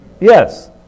Yes